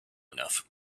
enough